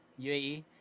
UAE